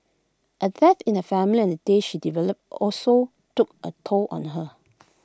A death in the family the day she delivered also took A toll on her